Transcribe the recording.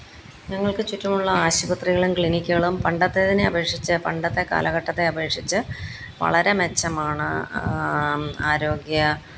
ഞങ്ങള്ക്ക് ചുറ്റുമുള്ള ആശുപത്രികളും ക്ലിനിക്കുകളും പണ്ടത്തേതിനെ അപേക്ഷിച്ച് പണ്ടത്തെ കാലഘട്ടത്തെ അപേക്ഷിച്ച് വളരെ മെച്ചമാണ് ആരോഗ്യ